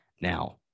Now